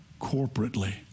corporately